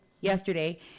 yesterday